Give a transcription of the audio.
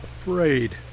afraid